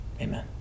Amen